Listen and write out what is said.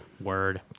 word